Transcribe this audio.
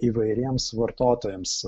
įvairiems vartotojams